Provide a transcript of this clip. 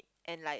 and like